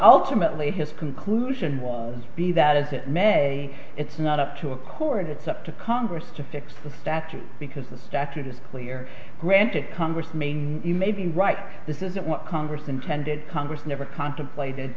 ultimately his conclusion was be that as it may it's not up to a court it's up to congress to fix the statute because the statute is clear granted congress maine you may be right this isn't what congress intended congress never contemplated